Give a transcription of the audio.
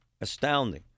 astounding